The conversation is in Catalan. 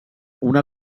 una